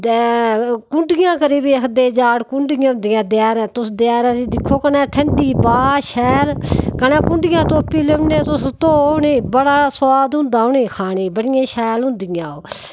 ते कुन्डियां करी बी आखदे जाड़ कुन्डियां होंदियां दयारैं तुस दयारैं च दिक्खो कन्नै ठंडी ब्हा शैल कन्नै कुन्डियां तुप्पी लेई औन्ने तुस धो उ'ने बड़ा सुआद होंदा उ'ने खाने ई बड़ियां शैल होंदियां ओह्